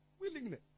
Willingness